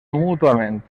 mútuament